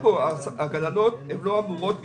הגננות לא אמורות להיפגע.